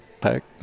pack